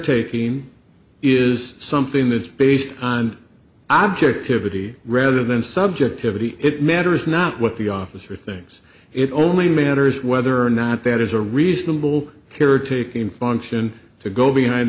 taking is something that's based on objectivity rather than subjectivity it matters not what the officer thinks it only matters whether or not there is a reasonable care taking function to go behind